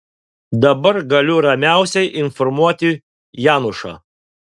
dabar galiu ramiausiai informuoti janušą